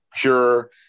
pure